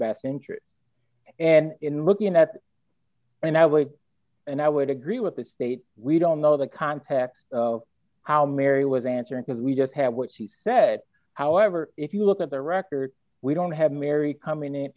best interest and in looking at and i would and i would agree with the state we don't know the contact how mary was answering because we just had what she said however if you look at the record we don't have mary coming in